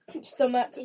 stomach